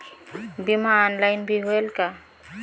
बीमा ऑनलाइन भी होयल का?